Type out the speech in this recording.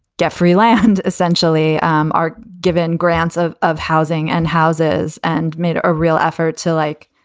get free land, essentially um are given grants of of housing and houses and made a real effort to, like,